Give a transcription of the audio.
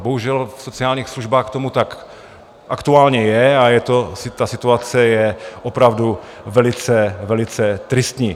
Bohužel, v sociálních službách tomu tak aktuálně je a ta situace je opravdu velice, velice tristní.